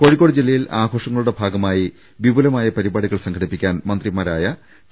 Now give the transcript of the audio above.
കോഴിക്കോട് ജില്ലയിൽ ആഘോഷങ്ങളുടെ ഭാഗമായി വിപുലമായ പരിപാടികൾ സംഘടിപ്പിക്കാൻ മന്ത്രിമാരായ ടി